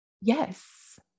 Yes